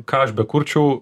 ką aš bekurčiau